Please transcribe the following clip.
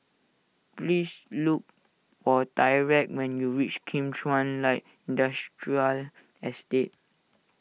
please look for Tyrek when you reach Kim Chuan Light Industrial Estate